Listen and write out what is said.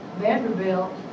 Vanderbilt